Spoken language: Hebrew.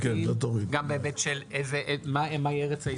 את זה תוריד.